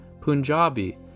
Punjabi